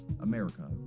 america